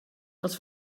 els